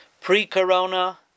Pre-corona